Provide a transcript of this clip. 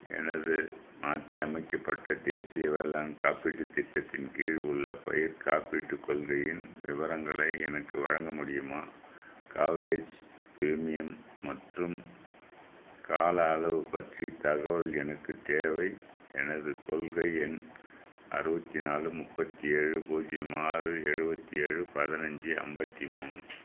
எனது மாற்றி அமைக்கப்பட்ட தேசிய வேளாண் காப்பீட்டுத் திட்டத்தின் கீழ் உள்ள பயிர்காப்பீட்டு கொள்கையின் விவரங்களை எனக்கு வழங்க முடியுமா கவரேஜ் பிரிமியம் மற்றும் கால அளவு பற்றி தகவல் எனக்குத் தேவை எனது கொள்கை எண் அறுபத்தி நாலு முப்பத்தி ஏழு பூஜ்ஜியம் ஆறு எழுபத்தி ஏழு பதினஞ்சி ஐம்பத்தி மூணு